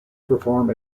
perform